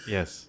Yes